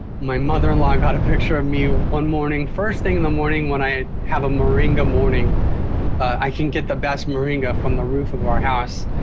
my mother-in-law got a picture of ah me one morning first thing in the morning when i have a moringa morning i can get the best moringa from the roof of our house.